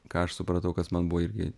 ką aš supratau kas man buvo irgi